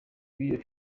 b’iyo